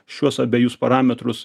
šiuos abejus parametrus